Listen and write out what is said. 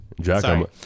Jack